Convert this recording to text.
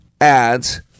adds